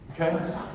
Okay